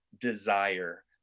desire